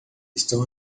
estou